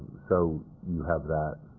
so you have that.